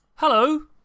Hello